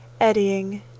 Eddying